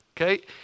okay